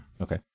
Okay